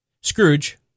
Scrooge